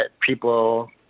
people